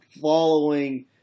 following